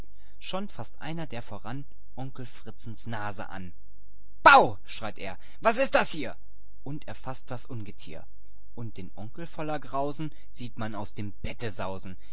schon faßt einer der voran onkel fritzens nase an illustration und werden erfasst bau schreit er was ist das hier und erfaßt das ungetier illustration der onkel saust und den onkel voller grausen sieht man aus dem bette sausen